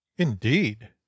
indeed